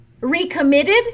Recommitted